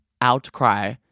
outcry